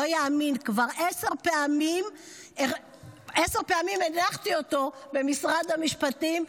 כבר עשר פעמים הנחתי אותו במשרד המשפטים,